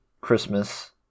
Christmas